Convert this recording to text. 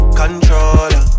controller